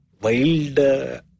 Wild